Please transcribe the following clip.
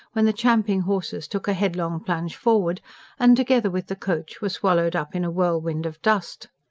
when the champing horses took a headlong plunge forward and, together with the coach, were swallowed up in a whirlwind of dust.